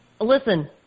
Listen